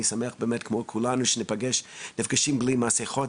שמח מאוד כמו כולנו שאנחנו נפגשים בלי מסכות,